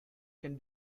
can